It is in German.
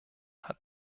hat